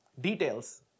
details